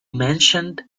mentioned